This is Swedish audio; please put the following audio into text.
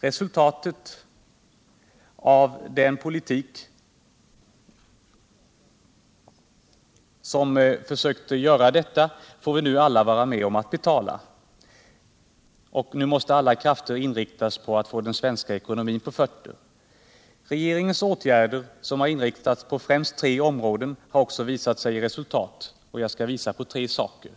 Resutatet av den politik som försökt göra detta får vi nu alla vara med och betala, och nu måste alla krafter inriktas på att få den svenska ckonomin på fötter. Regeringens åtgärder som har inriktats på främst tre områden har också visat sig ge resultat. Jag skall visa på tre saker.